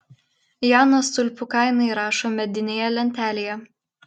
janas tulpių kainą įrašo medinėje lentelėje